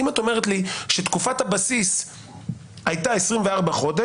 אם את אומרת לי שתקופת הבסיס הייתה 24 חודשים